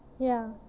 ya